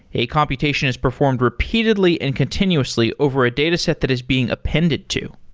a computation is performed repeatedly and continuously over a dataset that is being appended to.